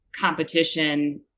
competition